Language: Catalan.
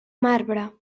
marbre